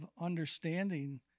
understanding